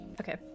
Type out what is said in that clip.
okay